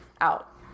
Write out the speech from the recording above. out